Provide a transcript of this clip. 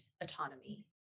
autonomy